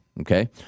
okay